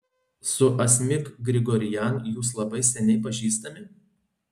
su asmik grigorian jūs labai seniai pažįstami